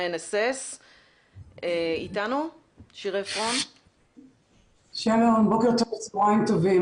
INSS. צוהריים טובים,